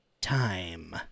time